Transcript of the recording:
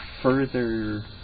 further